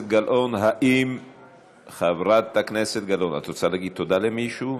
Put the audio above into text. גלאון, את רוצה להגיד תודה למישהו?